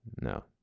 No